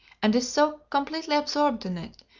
and is so completely absorbed in it,